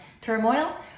turmoil